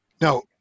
Now